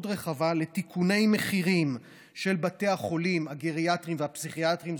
רחבה לתיקוני מחירים של בתי החולים הגריאטריים והפסיכיאטריים,